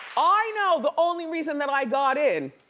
i know the only reason that i got in,